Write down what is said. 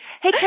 Hey